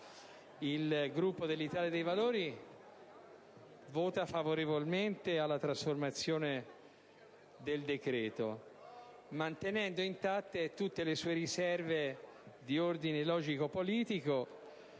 Il Gruppo dell'Italia dei Valori voterà favorevolmente alla conversione in legge del decreto-legge, mantenendo intatte tutte le sue riserve di ordine logico-politico